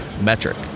metric